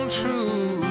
true